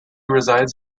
resides